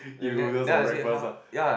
you first lah